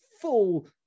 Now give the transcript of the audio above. full